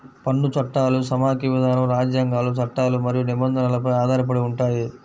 పన్ను చట్టాలు సమాఖ్య విధానం, రాజ్యాంగాలు, చట్టాలు మరియు నిబంధనలపై ఆధారపడి ఉంటాయి